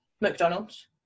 McDonald's